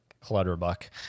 clutterbuck